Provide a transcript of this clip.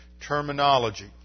Terminology